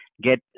get